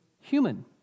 human